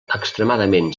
extremadament